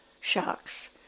sharks